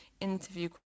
interview